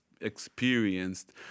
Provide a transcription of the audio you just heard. experienced